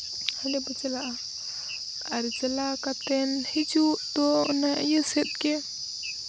ᱦᱟᱸᱰᱮ ᱵᱚ ᱪᱟᱞᱟᱜᱼᱟ ᱟᱨ ᱪᱟᱞᱟᱣ ᱠᱟᱛᱮᱫ ᱦᱤᱡᱩᱜ ᱫᱚ ᱚᱱᱮ ᱤᱭᱟᱹ ᱥᱮᱫ ᱜᱮ